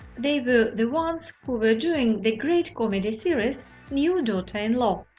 they were the ones who were doing the great comedy series new daughter-in-law.